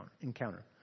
encounter